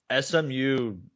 SMU